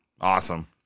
Awesome